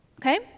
Okay